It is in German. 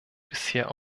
bisher